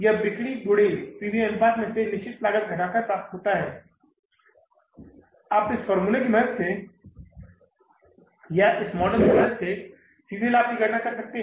यह बिक्री गुने P V अनुपात में से निश्चित लागत घटाकर प्राप्त होता है आप इस फ़ॉर्मूले की मदद से या इस मॉडल की मदद से सीधे लाभ की गणना कर सकते हैं